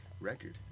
record